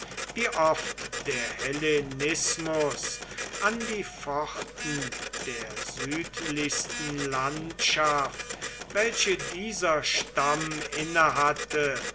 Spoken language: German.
wie oft der hellenismus an die pforten der südlichsten landschaft welche dieser stamm